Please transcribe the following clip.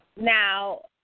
now